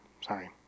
Sorry